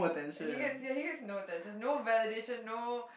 he gets he gets no attention no validation no